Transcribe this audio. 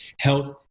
Health